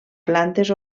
plantes